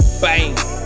Bang